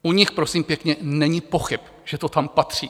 U nich prosím pěkně není pochyb, že to tam patří.